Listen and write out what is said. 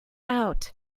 out